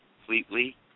completely